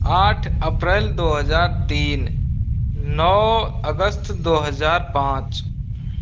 आठ अप्रैल दो हज़ार तीन नौ अगस्त दो हज़ार पाँच